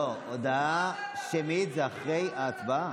הודעה אישית זה אחרי ההצבעה.